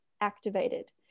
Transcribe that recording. activated